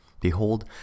Behold